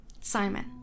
Simon